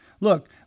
Look